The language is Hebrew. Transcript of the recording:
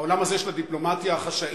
העולם הזה של הדיפלומטיה החשאית